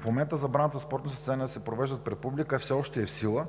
В момента забраната спортни състезания да се провеждат пред публика все още е в сила.